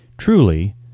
Truly